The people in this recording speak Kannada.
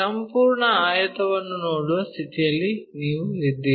ಸಂಪೂರ್ಣ ಆಯತವನ್ನು ನೋಡುವ ಸ್ಥಿತಿಯಲ್ಲಿ ನೀವು ಇದ್ದೀರಾ